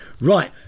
right